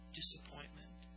disappointment